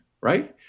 right